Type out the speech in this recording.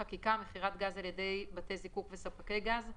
חקיקה (מכירת גז על ידי בתי זיקוק וספקי גז),